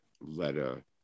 letter